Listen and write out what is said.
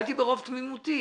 שאלתי ברוב תמימותי